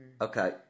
Okay